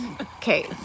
okay